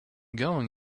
going